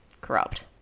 corrupt